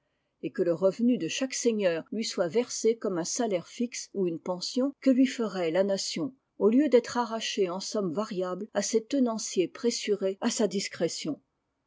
et que le revenu de chaque seigneur lui soit versé comme un salaire fixe ou une pension que lui ferait la nation au lieu d'être arrachée en sommes variables à ses tenanciers pressurés à sa discrétion